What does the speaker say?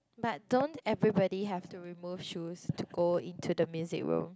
but don't everybody have to remove shoes to go into the music room